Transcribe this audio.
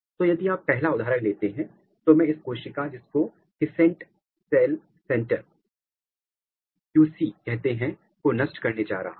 तो यदि आप पहला उदाहरण लेते हैं तो मैं इस कोशिका जिसको किसेंट सेल सेंटर QCक्यू सी कहते हैं को नष्ट करने जा रहा हूं